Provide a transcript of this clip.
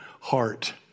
heart